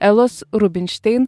elos rubinštein